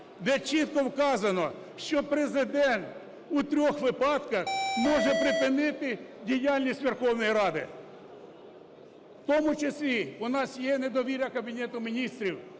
де чітко вказано, що Президент у трьох випадках може припинити діяльність Верховної Ради. В тому числі у нас є недовіра Кабінету Міністрів,